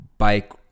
bike